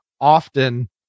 often